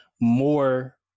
more